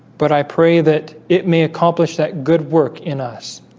but i pray that it may accomplish that good work in us